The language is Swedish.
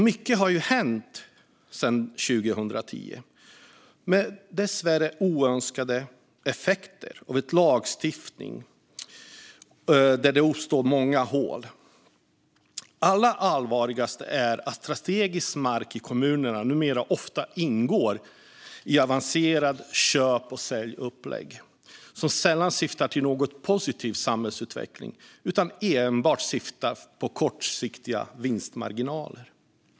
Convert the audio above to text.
Mycket har hänt sedan 2010, och detta inkluderar dessvärre oönskade effekter av en lagstiftning där det har uppstått många hål. Det är allvarligt att strategisk mark i kommunerna numera ofta ingår i avancerade köp och säljupplägg som sällan syftar till någon positiv samhällsutveckling utan enbart handlar om kortsiktighet och vinstmarginaler.